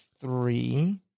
three